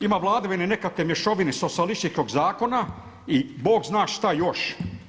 Ima vladavine nekakve mješavine socijalističkog zakona i Bog zna što još.